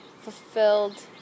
fulfilled